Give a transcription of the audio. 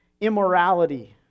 immorality